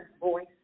voice